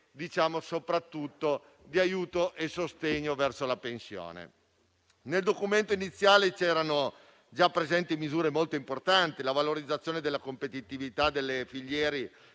soprattutto di aiuto e sostegno verso la pensione. Nel testo iniziale erano presenti misure molto importanti: la valorizzazione della competitività delle filiere,